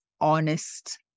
honest